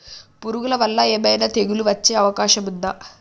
పురుగుల వల్ల ఏమైనా తెగులు వచ్చే అవకాశం ఉందా?